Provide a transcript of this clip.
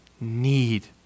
need